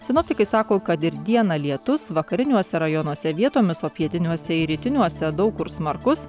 sinoptikai sako kad ir dieną lietus vakariniuose rajonuose vietomis o pietiniuose ir rytiniuose daug kur smarkus